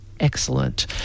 excellent